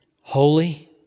holy